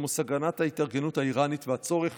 כמו סכנת ההתארגנות האיראנית והצורך